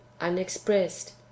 unexpressed